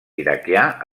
iraquià